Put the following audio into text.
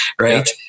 Right